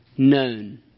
Known